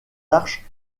arches